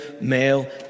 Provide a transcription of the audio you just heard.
male